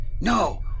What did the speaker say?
no